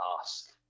ask